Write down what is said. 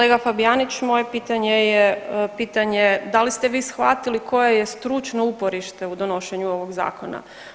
Kolega Fabijaniću moje pitanje je pitanje da li ste vi shvatili koje je stručno uporište u donošenju ovog zakona?